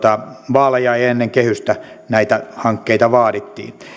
vaaleja ja ja ennen kehystä näitä hankkeita vaadittiin